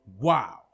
Wow